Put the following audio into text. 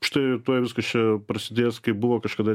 štai tuoj viskas čia prasidės kaip buvo kažkada